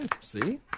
see